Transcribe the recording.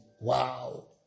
Wow